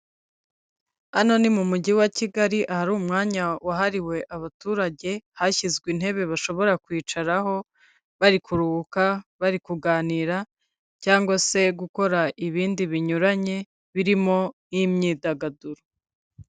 Hano ni mu Mujyi wa Kigali, ahari umwanya wahariwe abaturage, hashyizwe intebe bashobora kwicaraho bari kuruhuka, bari kuganira cyangwa se gukora ibindi binyuranye birimo nk'imyidagaduro.